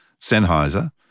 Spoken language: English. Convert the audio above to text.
Sennheiser